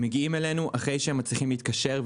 הם מגיעים אלינו אחרי שהם מצליחים להתקשר,